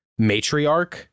matriarch